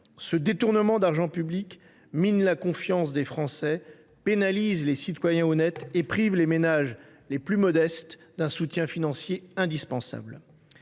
Ce détournement d’argent public mine la confiance des Français, pénalise les citoyens honnêtes et prive les ménages les plus modestes d’un soutien financier indispensable.